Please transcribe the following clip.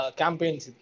campaigns